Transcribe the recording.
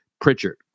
Pritchard